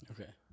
Okay